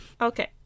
Okay